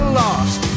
lost